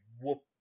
whoop